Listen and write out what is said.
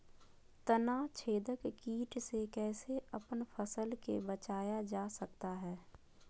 तनाछेदक किट से कैसे अपन फसल के बचाया जा सकता हैं?